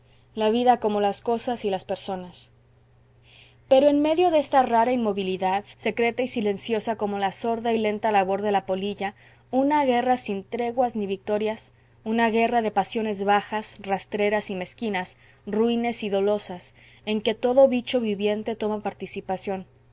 la vida como las cosas y las personas pero en medio de esta rara inmovilidad secreta y silenciosa como la sorda y lenta labor de la polilla una guerra sin treguas ni victorias una guerra de pasiones bajas rastreras y mezquinas ruines y dolosas en que todo bicho viviente toma participación